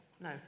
No